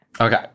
okay